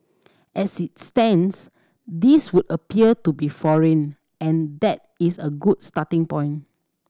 as it stands these would appear to be foreign and that is a good starting point